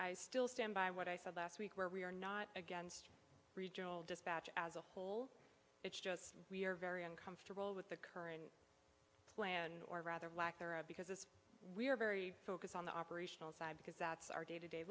i still stand by what i said last week where we are not against regional dispatch as a whole it's just we're very uncomfortable with the current plan or rather lack thereof because we are very focused on the operational side because that's our day to day